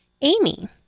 Amy